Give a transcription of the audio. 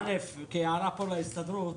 הערה להסתדרות,